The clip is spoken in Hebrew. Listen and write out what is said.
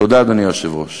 תודה, אדוני היושב-ראש.